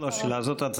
זאת לא שאלה, זאת הצהרה.